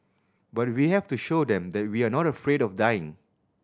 but we have to show them that we are not afraid of dying